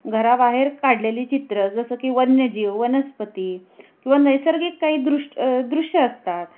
घराबाहेर काढलेली चित्रं जसं की वन्यजीव वनस्पती किंवा नैसर्गिक काही दृष्ट दृश्य असतात